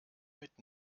mit